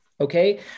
Okay